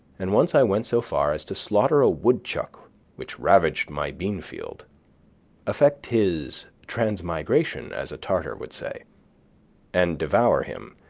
and once i went so far as to slaughter a woodchuck which ravaged my bean-field effect his transmigration, as a tartar would say and devour him,